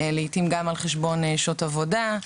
לעתים גם על חשבון שעות עבודה.